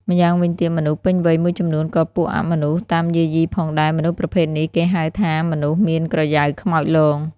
ម្យ៉ាងវិញទៀតមនុស្សពេញវ័យមួយចំនូនក៏ពួកអមនុស្សតាមយាយីផងដែរមនុស្សប្រភេទនេះគេហៅថាមនុស្សមានក្រយ៉ៅខ្មោចលង